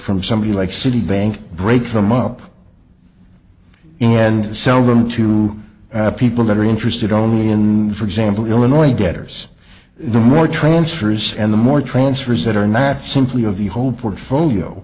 from somebody like citibank break them up and sell them to people that are interested only in the for example illinois debtors the more transfers and the more transfers that are not simply of the whole portfolio